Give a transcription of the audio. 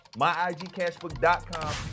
myigcashbook.com